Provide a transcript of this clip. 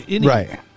Right